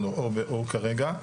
או כרגע.